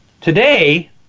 Today